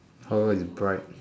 how is bright